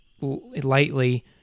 lightly